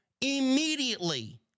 immediately